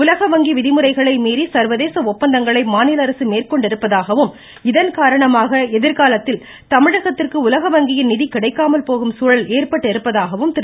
உலகவங்கி விதிமுறைகளை மீறி சர்வதேச ஒப்பந்தங்களை மாநில அரசு மேற்கொண்டிருப்பதாகவும் இதன்காரணமாக எதிர்காலத்தில் தமிழகத்திற்கு உலகவங்கியின் நிதி கிடைக்காமல் போகும் திரு